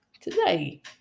Today